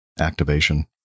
Activation